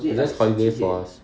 it's just holiday for us